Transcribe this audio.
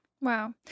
Wow